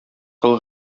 кол